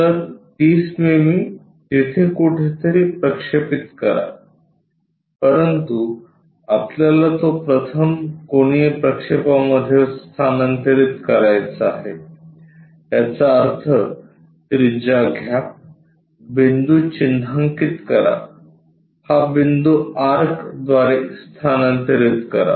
तर 30 मिमी तिथे कुठेतरी प्रक्षेपित करा परंतु आपल्याला तो प्रथम कोनीय प्रक्षेपामध्ये स्थानांतरित करायचा आहे याचा अर्थ त्रिज्या घ्या बिंदू चिन्हांकित कराहा बिंदू आर्क द्वारे स्थानांतरित करा